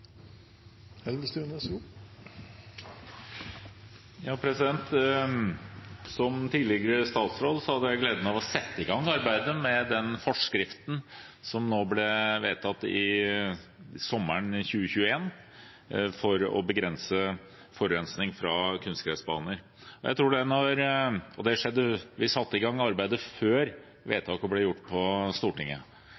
hadde jeg gleden av å sette i gang arbeidet med den forskriften som ble vedtatt sommeren 2021, for å begrense forurensing fra kunstgressbaner. Vi satte i gang arbeidet før vedtaket ble gjort på Stortinget. Jeg tror nok at den gangen da vi gjorde det,